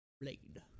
Blade